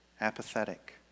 Apathetic